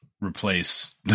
replace